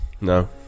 No